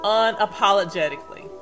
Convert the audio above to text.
unapologetically